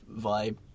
vibe